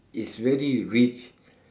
is very rich